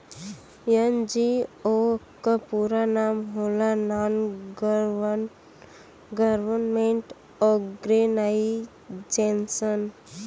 NGO क पूरा नाम होला नान गवर्नमेंट और्गेनाइजेशन